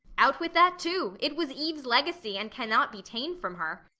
out with that too it was eve's legacy, and cannot be ta'en from her.